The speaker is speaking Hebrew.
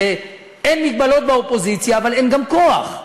אין מגבלות באופוזיציה, אבל אין גם כוח.